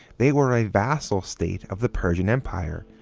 they were a vassal state of the persian empire,